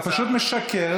אתה פשוט משקר,